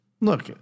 look